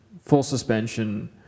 full-suspension